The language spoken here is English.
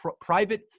private